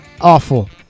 Awful